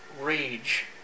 rage